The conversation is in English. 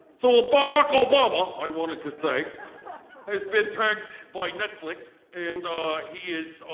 so, ah barack obama, i wanted to say has been pegged by netflix and he is